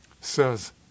says